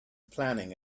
planning